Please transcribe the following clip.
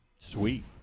Sweet